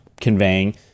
conveying